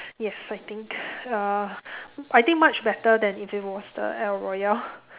yes I think uh I think much better than if it was the el-royale